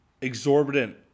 exorbitant